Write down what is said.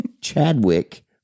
Chadwick